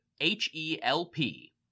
H-E-L-P